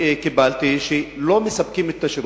קיבלתי הרבה תלונות שלא מספקים את השירות,